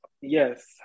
yes